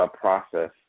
process